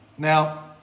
Now